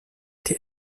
die